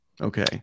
Okay